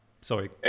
sorry